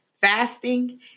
fasting